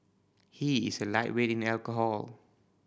he is a lightweight in alcohol